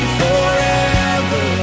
forever